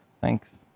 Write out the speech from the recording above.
Thanks